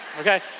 Okay